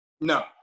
No